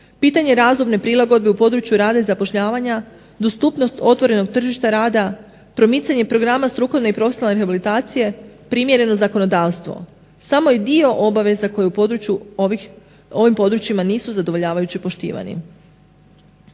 Pitanje razumne prilagodbe u području rada i zapošljavanja, dostupnost otvorenog tržišta rada, promicanje programa strukovne i profesionalne rehabilitacije, primjereno zakonodavstvo samo je dio obaveza koje u ovim područjima nisu zadovoljavajuće poštivani.